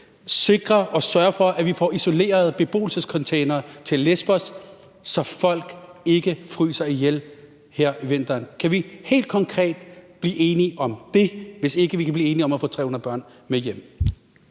mindste sørge for, at vi får isolerede beboelsescontainere til Lesbos, så folk ikke fryser ihjel her om vinteren? Kan vi helt konkret blive enige om det, hvis ikke vi kan blive enige om at få 300 børn med hjem?